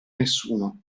nessuno